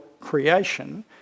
creation